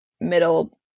middle